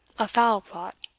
a foul plot.